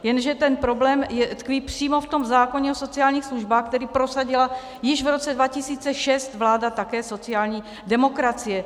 Jenže ten problém tkví přímo v zákoně o sociálních službách, který prosadila již v roce 2006 vláda také sociální demokracie.